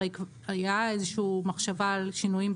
הרי היה איזושהי מחשבה על שינויים,